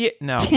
No